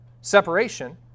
separation